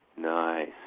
Nice